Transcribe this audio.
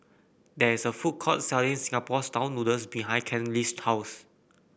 there is a food court selling Singapore style noodles behind Kenley's house